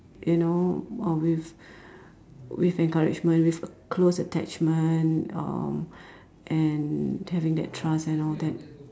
you know uh with with encouragement with close attachment uh and having that trust and all that